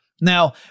Now